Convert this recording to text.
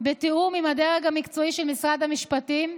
בתיאום עם הדרג המקצועי של משרד המשפטים.